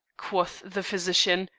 quoth the physician,